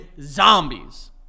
zombies